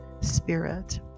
spirit